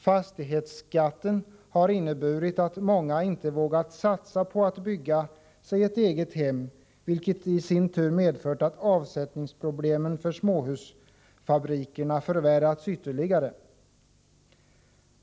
Fastighetsskatten har inneburit att många inte vågat satsa på att bygga sig ett eget hem, vilket medfört att avsättningsproblemen för småhusfabrikerna har ökat ytterligare.